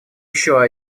еще